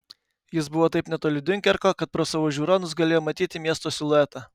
jis buvo taip netoli diunkerko kad pro savo žiūronus galėjo matyti miesto siluetą